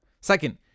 Second